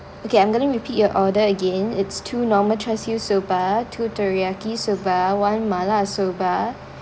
okay I'm going to repeat your order again it's two normal char siew soba two teriyaki soba one mala soba